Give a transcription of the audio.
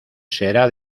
será